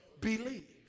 believe